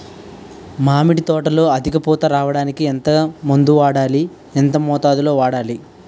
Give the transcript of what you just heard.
మామిడి తోటలో అధిక పూత రావడానికి ఎంత మందు వాడాలి? ఎంత మోతాదు లో వాడాలి?